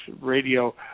radio